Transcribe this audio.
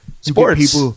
sports